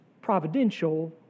providential